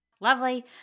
Lovely